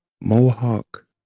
Mohawk